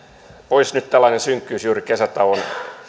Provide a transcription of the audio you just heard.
pois nyt juuri kesätauon alla tällainen